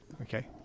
Okay